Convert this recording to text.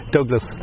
Douglas